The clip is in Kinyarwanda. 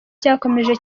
cyakomeje